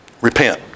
repent